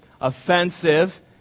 offensive